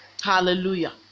Hallelujah